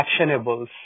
actionables